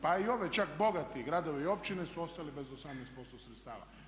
Pa i ovi čak bogati gradovi i općine su ostali bez 18% sredstava.